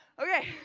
Okay